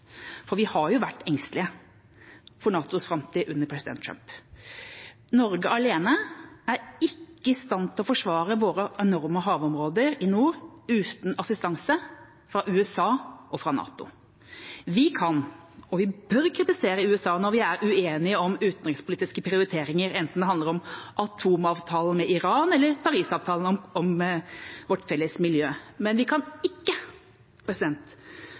For vi har vært engstelige for NATOs framtid under president Trump. Norge alene er ikke i stand til å forsvare sine enorme havområder i nord uten assistanse fra USA og NATO. Vi kan og bør kritisere USA når vi er uenige om utenrikspolitiske prioriteringer, enten det handler om atomavtalen med Iran eller Parisavtalen om vårt felles miljø, men vi kan ikke